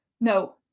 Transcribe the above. No